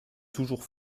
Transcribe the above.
toujours